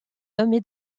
nommé